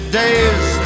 days